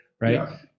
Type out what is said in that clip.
Right